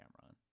camera